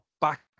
back